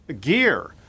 gear